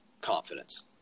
confidence